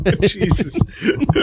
Jesus